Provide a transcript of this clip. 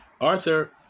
Arthur